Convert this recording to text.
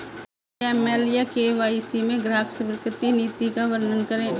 AML या KYC में ग्राहक स्वीकृति नीति का वर्णन करें?